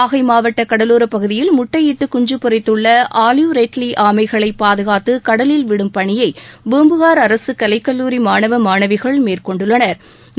நாகை மாவட்ட கடலோர பகுதியில் முட்டையிட்டு குஞ்சு பொறித்துள்ள ஆலிவ் ரெட்லி ஆமைகளை பாதுகாத்து கடலில் விடும் பணியை பூம்புகார் அரசு கலை கல்லூரி மாணவ மாணவிகள் மேற்கொண்டுள்ளனா்